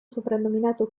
soprannominato